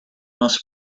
must